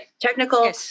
technical